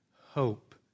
hope